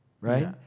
Right